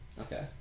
Okay